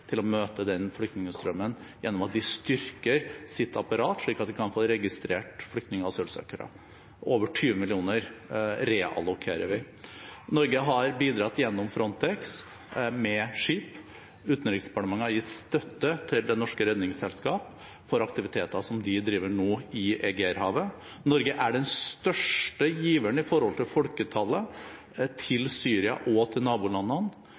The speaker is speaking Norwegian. til å møte denne flyktningstrømmen ved at de styrker sitt apparat, slik at de kan få registrert flyktninger og asylsøkere. Vi reallokerer over 20 mill. kr. Norge har bidratt gjennom Frontex med skip. Utenriksdepartementet har gitt støtte til Redningsselskapet for aktiviteter som de nå bedriver i Egeerhavet. Norge er den største giveren i forhold til folketallet til Syria og nabolandene.